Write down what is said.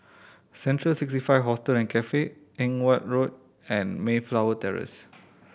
Central Sixty Five Hostel and Cafe Edgeware Road and Mayflower Terrace